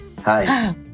Hi